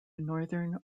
northern